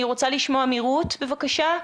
אני רוצה לשמוע מרות, בבקשה.